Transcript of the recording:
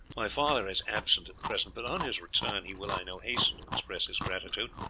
my father is absent at present, but on his return he will, i know, hasten to express his gratitude.